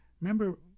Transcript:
Remember